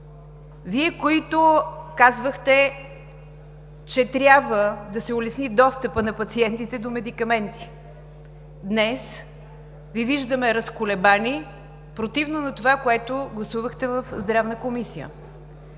Вие, които казвахте, че трябва да се улесни достъпът на пациентите до медикаменти, днес Ви виждаме разколебани, противно на това, което гласувахте в Здравната комисия.